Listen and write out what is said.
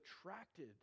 attracted